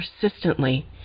persistently